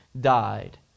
died